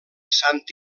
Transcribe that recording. sant